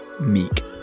Meek